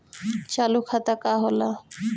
चालू खाता का होला?